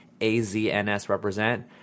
aznsrepresent